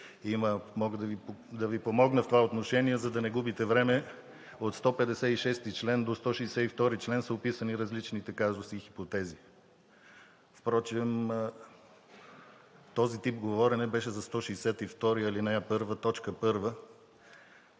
Мога да Ви помогна в това отношение, за да не губите време. От чл. 156 до чл. 162 са описани различните казуси и хипотези. Впрочем, този тип говорене беше за чл. 162,